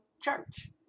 church